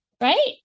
right